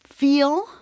Feel